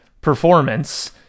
performance